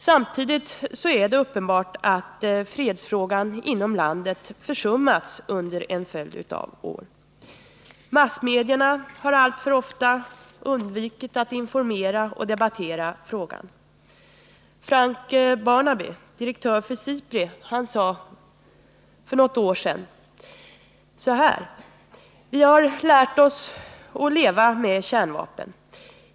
Samtidigt är det uppenbart att fredsfrågan inom landet försummats under en följd av år. Massmedierna har alltför ofta försummat att informera i och debattera frågan. Frank Barnaby, direktör för SIPRI, sade en gång så här: ”Vi har lärt oss leva med kärnvapen.